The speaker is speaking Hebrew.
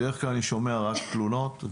בדרך כלל אני שומע רק תלונות.